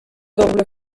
doble